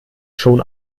schon